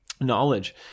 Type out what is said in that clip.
knowledge